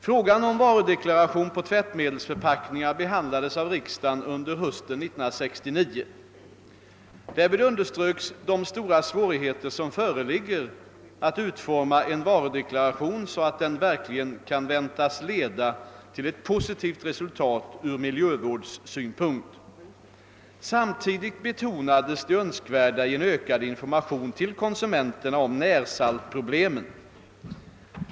Frågan om varudeklaration på tvättmedelsförpackningar behandlades av riksdagen under hösten 1969. Därvid underströks de stora svårigheter som föreligger att utforma en varudeklaration så att den verkligen kan väntas leda till ett positivt resultat från miljövårdssynpunkt. Samtidigt betonades det önskvärda i en ökad information till konsumenterna om närsaltproblemen.